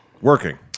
working